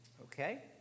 Okay